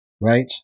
right